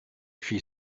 she